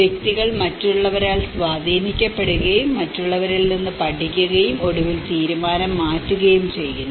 വ്യക്തികൾ മറ്റുള്ളവരാൽ സ്വാധീനിക്കപ്പെടുകയും മറ്റുള്ളവരിൽ നിന്ന് പഠിക്കുകയും ഒടുവിൽ തീരുമാനം മാറ്റുകയും ചെയ്യുന്നു